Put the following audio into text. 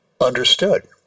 understood